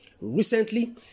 Recently